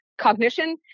cognition